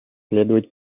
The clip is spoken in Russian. следовать